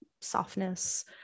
softness